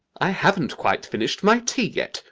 i haven't quite finished my tea yet!